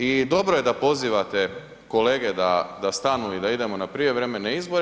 I dobro je da pozivate kolege da stanu i da idemo na prijevremene izbore.